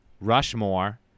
rushmore